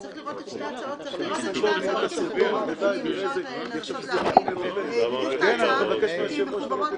צריך לנסות להבין אם להעדיף את ההצעה כי הן מחוברות,